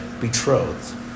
betrothed